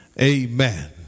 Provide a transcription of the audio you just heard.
Amen